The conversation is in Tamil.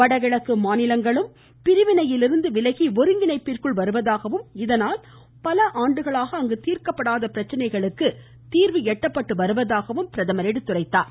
வடகிழக்கு மாநிலங்களும் பிரிவினையிலிருந்து விலகி ஒருங்கிணைப்பிற்குள் வருவதாகவும் இதனால் பல ஆண்டுகளாக அங்கு தீர்க்கப்படாத பிரச்னைகளுக்கு தீர்வு எட்டப்பட்டு வருவதாகவும் பிரதமர் எடுத்துரைத்தார்